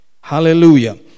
Hallelujah